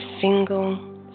single